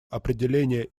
определение